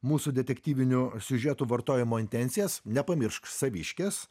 mūsų detektyvinių siužetų vartojimo intencijas nepamiršk saviškės